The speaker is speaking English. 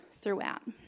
throughout